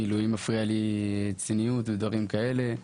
אם מפריע לי צניעות ודברים כאלה,